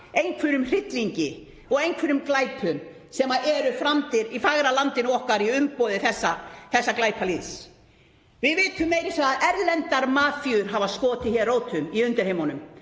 einhverjum hryllingi og einhverjum glæpum sem eru framdir í fagra landinu okkar í umboði þessa glæpalýðs. Við vitum meira að segja að erlendar mafíur hafa skotið hér rótum í undirheimunum.